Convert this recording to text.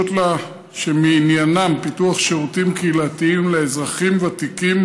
לה שעניינן פיתוח שירותים קהילתיים לאזרחים ותיקים,